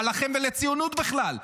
מה לכם ולציונות בכלל?